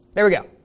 there we go.